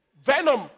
Venom